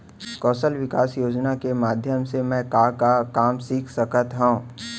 कौशल विकास योजना के माधयम से मैं का का काम सीख सकत हव?